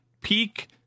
peak